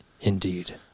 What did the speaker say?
Indeed